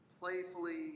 playfully